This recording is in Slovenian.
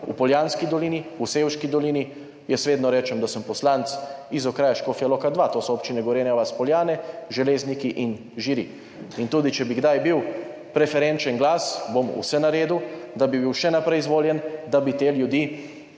v Poljanski dolini, v Sevški dolini. Jaz vedno rečem, da sem poslanec iz okraja Škofja Loka dva, to so občine Gorenja vas, Poljane, Železniki in Žiri. In tudi če bi kdaj bil preferenčen glas, bom vse naredil, da bi bil še naprej izvoljen, da bi te ljudi